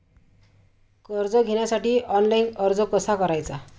कर्ज घेण्यासाठी ऑनलाइन अर्ज कसा करायचा?